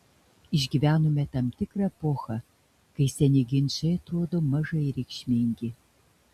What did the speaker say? išgyvenome tam tikrą epochą kai seni ginčai atrodo mažai reikšmingi